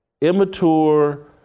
Immature